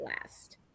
last